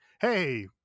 hey